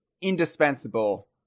indispensable